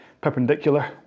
perpendicular